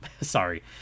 sorry